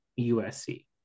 USC